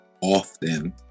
often